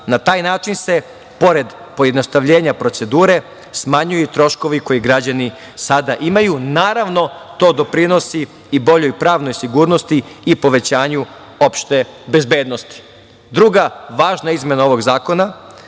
Na taj način se pored pojednostavljenja procedure smanjuju troškovi koji građani sada imaju. Naravno, to doprinosi i boljoj pravnoj sigurnosti i povećanju opšte bezbednosti. Druga važna izmena ovog zakona,